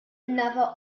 another